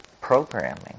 programming